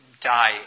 die